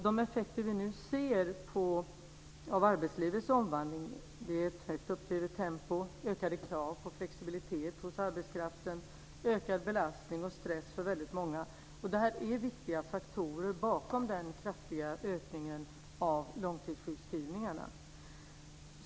De effekter som vi nu ser av arbetslivets omvandling är ett högt uppdrivet tempo, ökade krav på flexibilitet hos arbetskraften och ökad belastning och stress för väldigt många. Detta är viktiga faktorer bakom den kraftiga ökningen av långtidssjukskrivningarna.